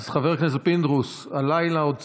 אז חבר הכנסת פינדרוס, הלילה עוד צעיר,